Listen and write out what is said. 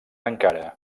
encara